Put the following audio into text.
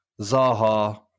Zaha